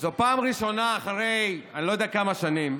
זו פעם ראשונה, אחרי אני לא יודע כמה שנים,